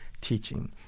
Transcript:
teaching